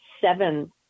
seven